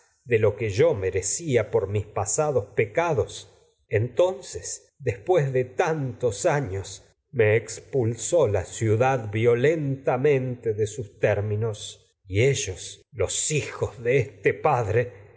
de lo que yo merecía por mis pasados pecados la entonces después de tantos sus años me expulsó ciudad violentamente de tér minos y ellos los hijos de este padre